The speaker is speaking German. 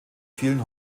vielen